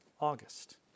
August